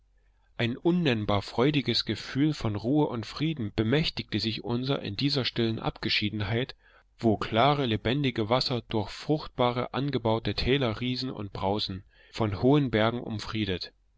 ein unnennbar freudiges gefühl von ruhe und frieden bemächtigte sich unser in dieser stillen abgeschiedenheit wo klare lebendige wasser durch fruchtbare angebaute täler rieseln und brausen von hohen bergen umfriedet